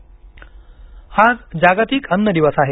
जागतिक अन्न दिवस आज जागतिक अन्न दिवस आहे